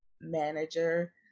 manager